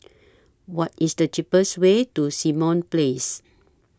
What IS The cheapest Way to Simon Place